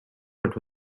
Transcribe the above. but